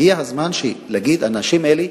הגיע הזמן להגיד: אנשים אלה,